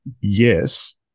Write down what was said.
yes